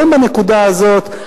גם בנקודה הזאת,